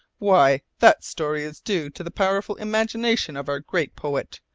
why, that story is due to the powerful imagination of our great poet.